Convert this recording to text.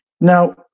now